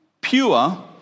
pure